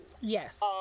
Yes